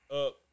up